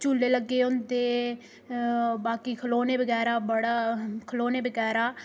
झूले लग्गे दे होंदे बाकी खलौने बगैरा बड़ा खलौने बगैरा